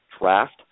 draft